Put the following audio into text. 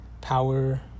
power